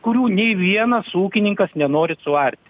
kurių nei vienas ūkininkas nenori suarti